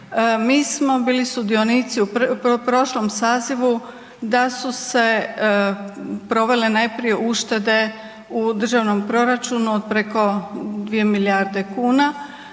mi smo bili sudionici u prošlom sazivu da su se provele najprije uštede u državnom proračunu od preko 2 milijarde kuna,